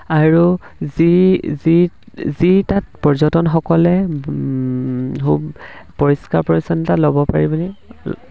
আৰু যি যি যি তাত পৰ্যটনসকলে পৰিষ্কাৰ পৰিচ্ছন্নতা ল'ব পাৰি বুলি